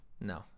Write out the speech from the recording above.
No